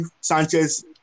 Sanchez